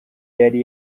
yari